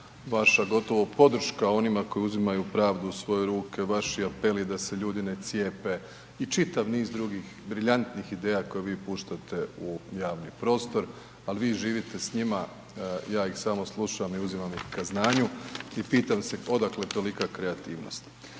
vaša gotovo podrška onima koji uzimaju pravdu u svoje ruke, vaši apeli da se ljudi ne cijepe i čitav niz drugih brilijantnih ideja koje vi puštate u javni prostor, al vi živite s njima, ja ih samo slušam i uzimam ih ka znanju i pitam se odakle tolika kreativnost.